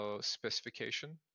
specification